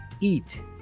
eat